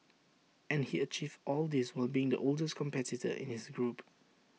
and he achieved all this while being the oldest competitor in his group